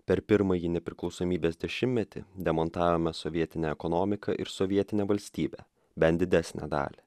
per pirmąjį nepriklausomybės dešimmetį demontavome sovietinę ekonomiką ir sovietinę valstybę bent didesnę dalį